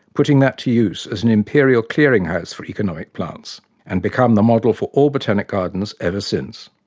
putting that to use as an imperial clearing-house for economic plants and become the model for all botanic gardens ever since.